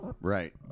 Right